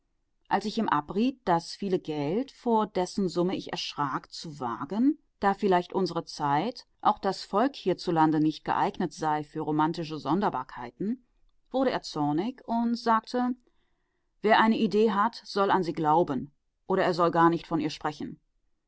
als ich ihm abriet das viele geld vor dessen summe ich erschrak zu wagen da vielleicht unsere zeit auch das volk hierzulande nicht geeignet sei für romantische sonderbarkeiten wurde er zornig und sagte wer eine idee hat soll an sie glauben oder er soll gar nicht von ihr sprechen